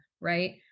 right